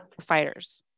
Fighters